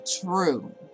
true